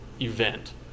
event